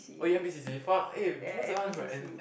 oh you n_p_c_c !fuck! eh who was the one that's from N